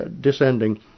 descending